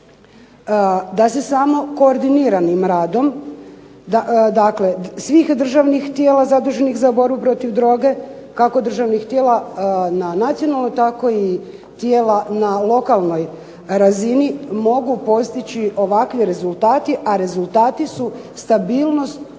da se samo koordiniranim radom dakle svih državnih tijela zaduženih za borbu protiv droge kako državnih tijela na nacionalnoj tako i tijela na lokalnoj razini mogu postići ovakvi rezultati, a rezultati su stabilnost